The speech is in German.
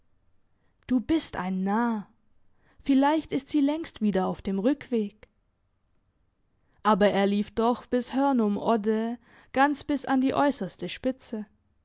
du bist ein narr vielleicht ist sie längst wieder auf dem rückweg aber er lief doch bis hörnum odde ganz bis an die äusserste spitze